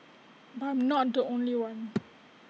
but I'm not the only one